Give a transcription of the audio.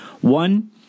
One